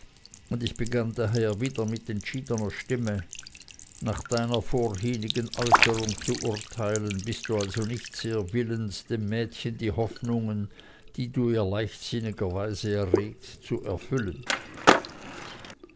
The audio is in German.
und ich begann daher wieder mit entschiedener stimme nach deiner vorhinnigen äußerung zu urteilen bist du also nicht sehr willens dem mädchen die hoffnungen die du ihr leichtsinnigerweise erregt zu erfüllen